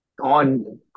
On